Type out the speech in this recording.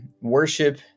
worship